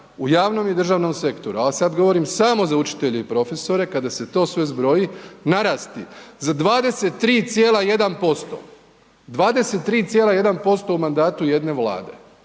u javnom i državnom sektoru, ali sad govorim samo za učitelje i profesore, kada se to sve zbroji narasti za 23,1%, 23,1% u mandatu jedne vlade.